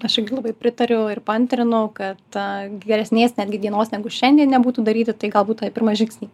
aš irgi labai pritariu ir paantrinu kad geresnės netgi dienos negu šiandien nebūtų daryti tai galbūt tą pirmą žingsnį